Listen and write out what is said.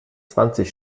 zwanzig